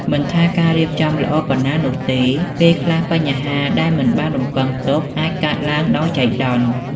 មិនថាការរៀបចំល្អប៉ុណ្ណានោះទេ ពេលខ្លះបញ្ហាដែលមិនបានរំពឹងទុក អាចកើតឡើងដោយចៃដន្យ។